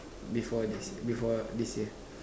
before this before this year